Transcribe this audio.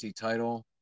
title